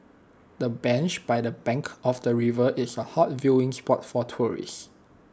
the bench by the bank of the river is A hot viewing spot for tourists